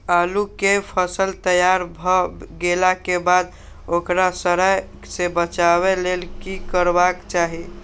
आलू केय फसल तैयार भ गेला के बाद ओकरा सड़य सं बचावय लेल की करबाक चाहि?